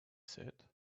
said